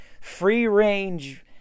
free-range